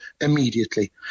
immediately